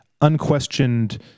unquestioned